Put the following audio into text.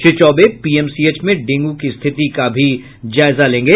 Shri Choubey PMCH में dengue की स्थिति का भी जायजा लेंगे